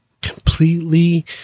completely